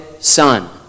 Son